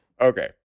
Okay